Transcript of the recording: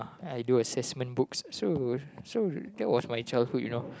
I do assessment books so so that was my childhood you know